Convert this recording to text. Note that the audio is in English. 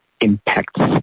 impacts